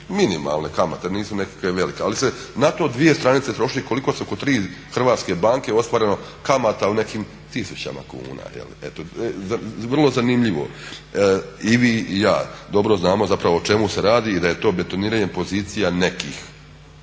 minimalne kamate, jer nisu nekakve ali se na to dvije stranice troše i koliko se oko 3 hrvatske banke ostvareno kamata u nekim tisućama kuna. Eto vrlo zanimljivo. I vi i ja dobro znamo zapravo o čemu se radi i da je to betoniranje pozicija nekih